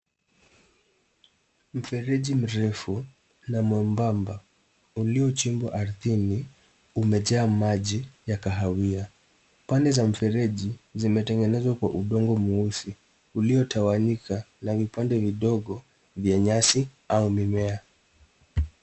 Mfereji mrefu na mwembamba uliochimbwa ardhini umejaa maji ya kahawia. Pande za mfereji zimetengenezwa kwa udongo mweusi uliotawanyika la vipande vidogo vya nyasi au mimea.